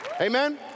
Amen